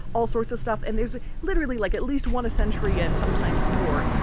all sorts of stuff. and there's literally, like, at least one a century and sometimes more.